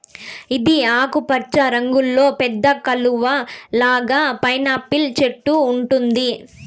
ఇది ఆకుపచ్చ రంగులో పెద్ద కలువ లాగా పైనాపిల్ చెట్టు ఉంటుంది